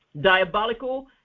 Diabolical